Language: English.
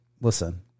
Listen